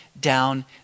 down